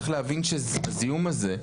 צריך להבין שהזיהום הזה,